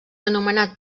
anomenat